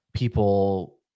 People